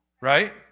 Right